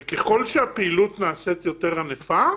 וככל שהפעילות נעשית יותר ענפה,